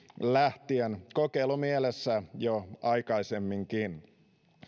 lähtien kokeilumielessä jo aikaisemminkin